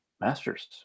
Masters